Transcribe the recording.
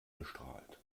bestrahlt